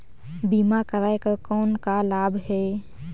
बीमा कराय कर कौन का लाभ है?